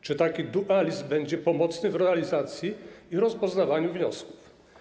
Czy taki dualizm będzie pomocny w realizacji i rozpoznawaniu wniosków?